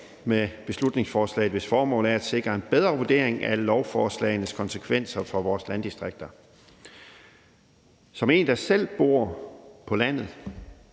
med beslutningsforslaget, hvis formål er at sikre en bedre vurdering af lovforslagenes konsekvenser for vores landdistrikter. Som en, der selv bor på landet